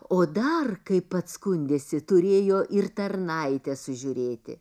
o dar kaip pats skundėsi turėjo ir tarnaitę sužiūrėti